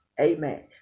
Amen